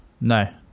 No